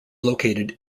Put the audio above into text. located